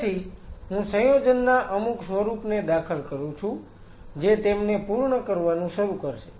તેથી હું સંયોજનના અમુક સ્વરૂપને દાખલ કરું છું જે તેમને પૂર્ણ કરવાનું શરૂ કરશે